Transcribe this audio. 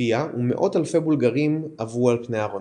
בסופיה ומאות אלפי בולגרים עברו על פני ארונו,